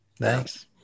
Thanks